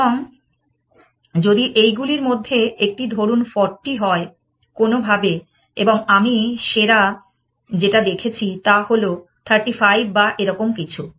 এবং যদি এইগুলির মধ্যে একটি ধরুন 40 হয় কোনোভাবে এবং আমি সেরা যেটা দেখেছি তা হল 35 বা এরকম কিছু